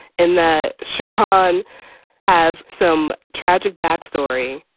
and that sharon has some tragic backstory.